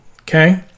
Okay